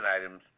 items